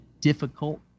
difficult